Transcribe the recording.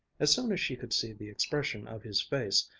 as soon as she could see the expression of his face,